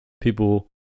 people